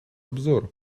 обзор